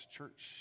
Church